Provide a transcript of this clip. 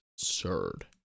absurd